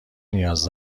نیاز